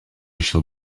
shall